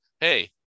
Hey